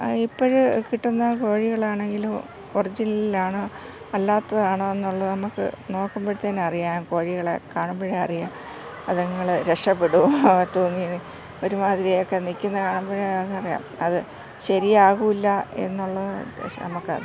ഇപ്പോൾ കിട്ടുന്ന കോഴികളാണെങ്കിലും ഒറജിനലാണോ അല്ലാത്തതാണോ എന്നുള്ളത് നമുക്ക് നോക്കുമ്പോൾ തന്നെ അറിയാം കോഴികളെ കാണുമ്പഴേ അറിയാം അതുങ്ങൾ രക്ഷപ്പെടും തൂങ്ങി ഒരുമാതിരിയൊക്കെ നിൽക്കുന്നത് കാണുമ്പോഴൊക്കെ അറിയാം അത് ശരിയാകില്ല എന്നുള്ള നമുക്ക് അത്